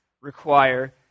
require